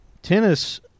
Tennis